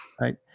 right